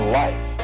life